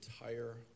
entire